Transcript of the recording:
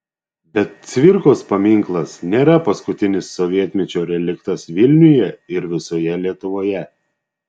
bet cvirkos paminklas nėra paskutinis sovietmečio reliktas vilniuje ir visoje lietuvoje